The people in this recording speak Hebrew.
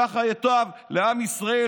ככה ייטב לעם ישראל,